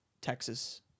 Texas